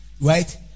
Right